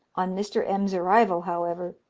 on mr. m s arrival, however,